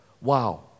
Wow